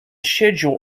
schedule